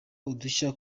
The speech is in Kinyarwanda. udushya